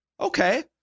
Okay